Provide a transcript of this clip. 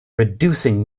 reducing